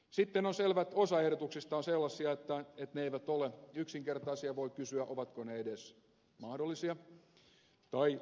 sitten on selvä että osa ehdotuksista on sellaisia että ne eivät ole yksinkertaisia ja voi kysyä ovatko ne edes mahdollisia tai järkeviä